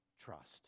trust